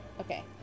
Okay